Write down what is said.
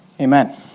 Amen